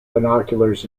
binoculars